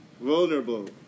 vulnerable